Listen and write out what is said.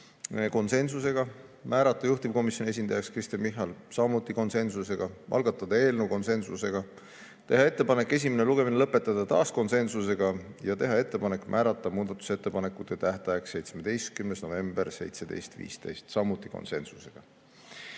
konsensusega; määrata juhtivkomisjoni esindajaks Kristen Michal, samuti konsensusega; algatada eelnõu, konsensusega; teha ettepanek esimene lugemine lõpetada, taas konsensusega; ning teha ettepanek määrata muudatusettepanekute tähtajaks 17. november kell 17.15, samuti konsensusega.